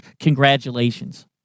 Congratulations